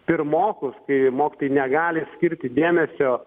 pirmokus kai mokytojai negali skirti dėmesio